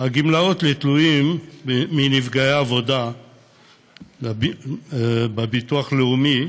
הגמלאות לתלויים מנפגעי עבודה בביטוח הלאומי,